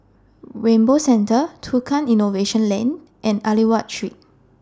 Rainbow Centre Tukang Innovation Lane and Aliwal Street